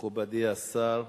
מכובדי השר,